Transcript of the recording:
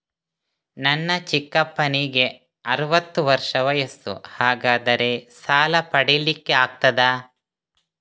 ನನ್ನ ಚಿಕ್ಕಪ್ಪನಿಗೆ ಅರವತ್ತು ವರ್ಷ ವಯಸ್ಸು, ಹಾಗಾದರೆ ಸಾಲ ಪಡೆಲಿಕ್ಕೆ ಆಗ್ತದ?